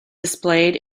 displayed